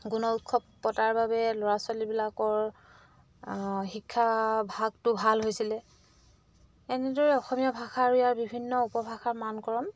গুণ উৎসৱ পতাৰ বাবে ল'ৰা ছোৱালীবিলাকৰ শিক্ষা ভাগটো ভাল হৈছিলে এনেদৰে অসমীয়া ভাষা আৰু ইয়াৰ বিভিন্ন উপভাষাৰ মানকৰণ